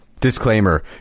Disclaimer